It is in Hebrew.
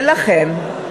ולכן,